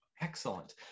Excellent